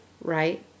right